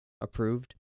approved